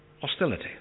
hostility